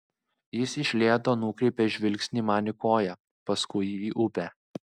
jis iš lėto nukreipia žvilgsnį man į koją paskui į upę